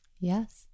Yes